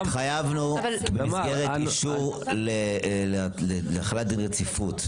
התחייבנו במסגרת אישור להחלת דין רציפות,